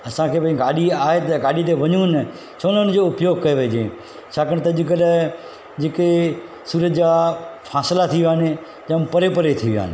असांखे भाई गाॾी आहे त गाॾी ते वञूं न छो न हुन जो उपयोगु कयो वञे छाकाणि त अॼुकल्ह जेके सूरत जा फ़ासला थी विया आहिनि जामु परे परे थी विया आहिनि